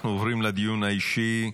אנחנו עוברים לדיון האישי.